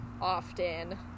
often